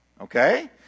okay